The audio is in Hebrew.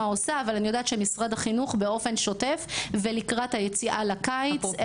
אבל אני יודעת שמשרד החינוך באופן שוטף ולקראת היציאה לקיץ.